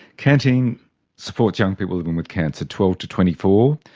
canteen supports young people living with cancer, twelve to twenty four.